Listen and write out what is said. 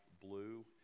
blue